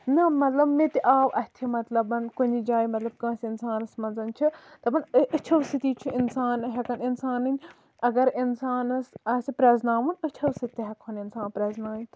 نہ مطلب مےٚ تہِ آو اَتھِ مطلب کُنہِ جایہِ مطلب کٲنسہِ اِنسانَس منٛز چھِ دَپان أچھَو سۭتی چھُ اِنسان ہٮ۪کان اِنسانٕنۍ اَگر اِنسانَس آسہِ پریزناوُن أچھو سۭتۍ تہِ ہٮ۪کہٕ ہون اِنسان پرزنٲوِتھ